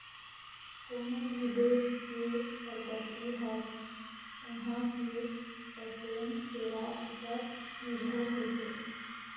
कोनो भी देस के परगति हर उहां के टटेन सेरा उपर निरभर होथे